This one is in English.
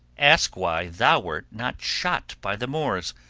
ask why thou wert not shot by the moors,